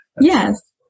Yes